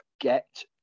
get